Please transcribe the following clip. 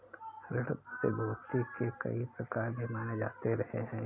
ऋण प्रतिभूती के कई प्रकार भी माने जाते रहे हैं